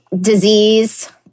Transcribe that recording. disease